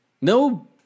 No